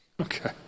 Okay